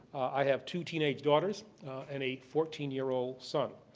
i have two teenage daughters and a fourteen year old son.